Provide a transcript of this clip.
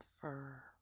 fur